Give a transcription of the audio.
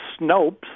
Snopes